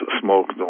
smoke